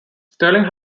sterling